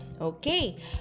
Okay